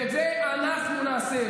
ואת זה אנחנו נעשה.